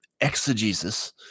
exegesis